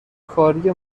کاری